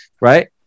Right